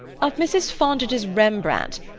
of mrs. fontage's rembrandt.